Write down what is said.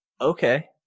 Okay